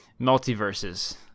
Multiverses